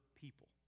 people